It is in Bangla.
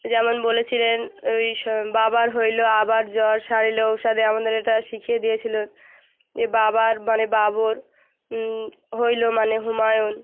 যেমন বলেছিলেন ওই সো বাবার হইলো আবার জ্বর সারিলো ঔষধে আমাদের এটা শিখিয়ে দিয়েছিলেন যে বাবার মানে বাবর হইলো মানে হুমায়ূন